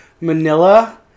Manila